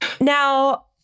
Now